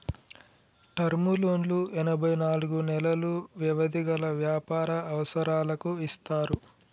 term లోన్లు ఎనభై నాలుగు నెలలు వ్యవధి గల వ్యాపార అవసరాలకు ఇస్తారు